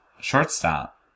Shortstop